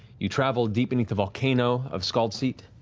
you traveled deep beneath the volcano of scaldseat,